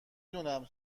دونم